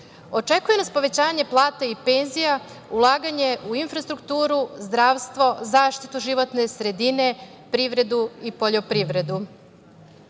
budžet. Očekuje nas povećanje plata i penzija, ulaganje u infrastrukturu, zdravstvo, zaštitu životne sredine, privredu i poljoprivredu.